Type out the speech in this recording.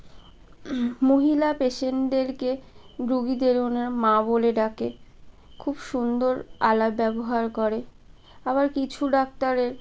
মহিলা পেশেন্টদেরকে রুগীদের ওঁর মা বলে ডাকে খুব সুন্দর আলাপ ব্যবহার করে আবার কিছু ডাক্তারের